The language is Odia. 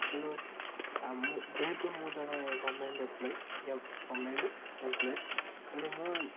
ତେଣୁ ମୁଁ ଯେହେତୁ ମୁଁ ଜଣେ ଗଭର୍ଣ୍ଣମେଣ୍ଟ୍ ଏମ୍ପ୍ଲୋଇ ଗଭର୍ଣ୍ଣମେଣ୍ଟ୍ ଏମ୍ପ୍ଲୋଇ ତେଣୁ ମୁଁ